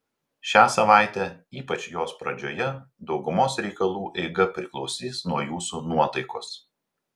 šią savaitę ypač jos pradžioje daugumos reikalų eiga priklausys nuo jūsų nuotaikos